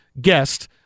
guest